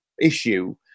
issue